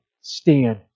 stand